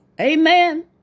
Amen